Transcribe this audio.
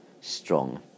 strong